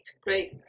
great